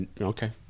okay